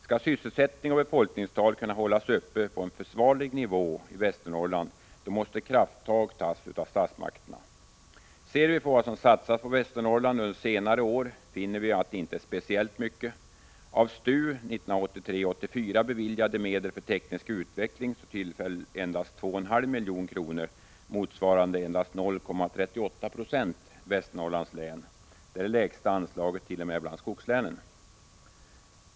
Skall sysselsättning och befolkningstal kunna hållas uppe på en försvarlig nivå i Västernorrland, måste krafttag tas av statsmakterna. Ser vi på vad som satsats på Västernorrland under senare år finner vi att det inte är speciellt mycket. Av STU under budgetåret 1983/84 beviljade medel för teknisk utveckling tillföll endast 2,5 milj.kr. — motsvarande endast 0,38 90 — Västernorrlands län. Det var det lägsta anslaget t.o.m. bland skogslänen.